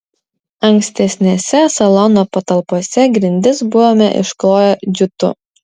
ankstesnėse salono patalpose grindis buvome iškloję džiutu